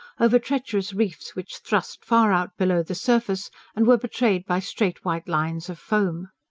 over treacherous reefs which thrust far out below the surface and were betrayed by straight, white lines of foam.